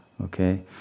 Okay